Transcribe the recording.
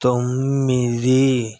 తొమ్మిది